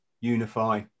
unify